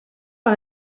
par